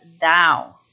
thou